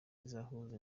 izahuza